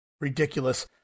Ridiculous